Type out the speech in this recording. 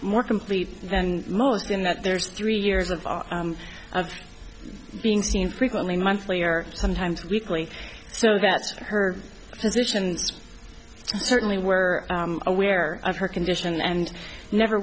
more complete than most in that there's three years of of being seen frequently monthly or sometimes weekly so that's her position certainly were aware of her condition and never